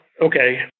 okay